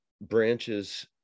branches